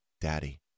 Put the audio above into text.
Daddy